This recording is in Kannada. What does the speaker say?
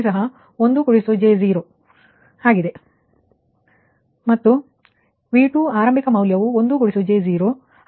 ಮತ್ತು ನಿಮ್ಮ ಈ ವಿಷಯವು ನಿಮ್ಮ V 2 ಆರಂಭಿಕ ಮೌಲ್ಯವೂ 1 j 0